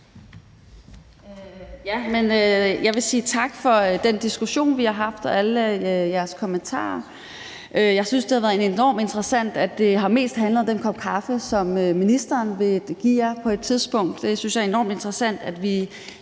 tak for den diskussion, vi har haft, og alle kommentarer. Jeg synes, at det har været enormt interessant, at det har mest handlet om den kop kaffe, som ministeren vil give på et tidspunkt; jeg synes, det er enormt interessant, at